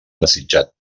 desitjat